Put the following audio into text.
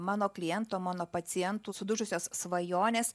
mano kliento mano pacientų sudužusias svajones